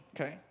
okay